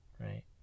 right